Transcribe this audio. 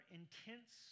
intense